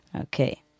Okay